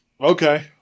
Okay